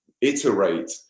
iterate